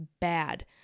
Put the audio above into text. bad